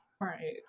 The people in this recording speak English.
Right